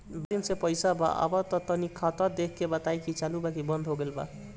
बारा दिन से पैसा बा न आबा ता तनी ख्ताबा देख के बताई की चालु बा की बंद हों गेल बा?